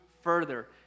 further